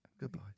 Goodbye